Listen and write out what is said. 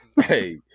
Hey